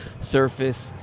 Surface